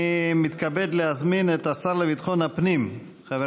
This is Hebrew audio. אני מתכבד להזמין את השר לביטחון הפנים חבר